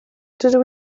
dydw